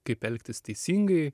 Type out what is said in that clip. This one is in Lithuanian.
kaip elgtis teisingai